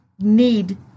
need